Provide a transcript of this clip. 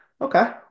okay